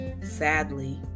sadly